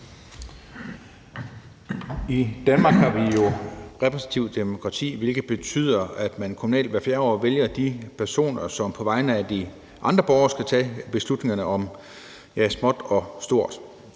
I Danmark har vi jo repræsentativt demokrati, hvilket betyder, at man kommunalt hvert fjerde år vælger de personer, som på vegne af de andre borgere skal tage beslutningerne om småt og stort.